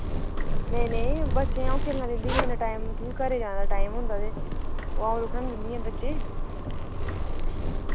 नेईं नेईं बच्चें गी अ'ऊं खेलन दिंदी निं इन्ना टाइम क्योंकि घरै जाने दा टाइम होंदा ते ओह् अ'ऊं रुकन निं दिंदी ऐ बच्चे